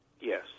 Yes